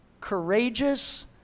courageous